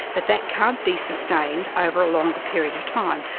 but that can't be sustained over a longer period of time.